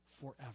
forever